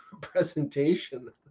presentation